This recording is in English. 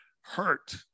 hurt